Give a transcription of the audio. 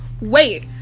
Wait